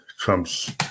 Trump's